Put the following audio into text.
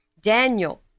Daniel